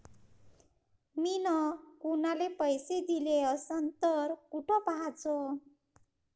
मिन कुनाले पैसे दिले असन तर कुठ पाहाचं?